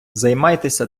займається